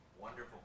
Wonderful